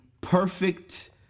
perfect